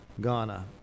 Ghana